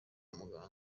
muganga